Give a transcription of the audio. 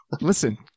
listen